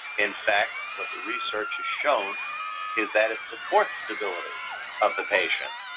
in fact, what the research has shown is that it supports stability of the patient,